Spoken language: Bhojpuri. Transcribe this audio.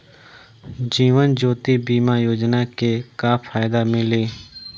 जीवन ज्योति बीमा योजना के का फायदा मिली?